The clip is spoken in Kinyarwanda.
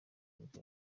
nibwo